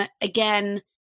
again